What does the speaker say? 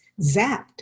zapped